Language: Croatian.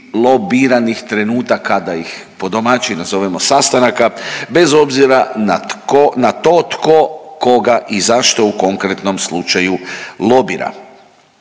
lobiranih trenutaka, da ih po domaći nazovemo sastanaka bez obzira na to tko koga i zašto u konkretnom slučaju lobira.